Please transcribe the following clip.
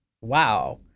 wow